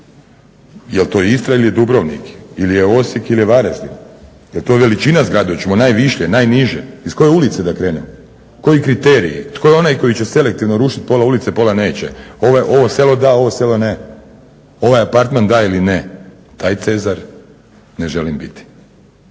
jer to Istra ili Dubrovnik ili je Osijek ili je Varaždin, jel to veličina zgrade, hoćemo najviše, najniže, iz koje ulice da krenem, koji kriteriji. Tko je onaj koji će selektivno rušit pola ulice, pola neće, ovo selo da, ovo selo ne, ovaj apartman da ili ne. Taj Cezar ne želim biti